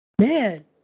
man